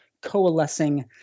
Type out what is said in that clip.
coalescing